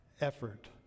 effort